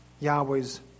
Yahweh's